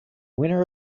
winner